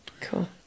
cool